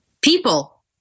people